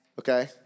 Okay